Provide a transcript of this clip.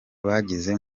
bageze